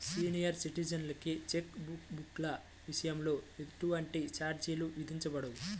senior సిటిజన్లకి cheque బుక్ల విషయంలో ఎటువంటి ఛార్జీలు విధించబడవు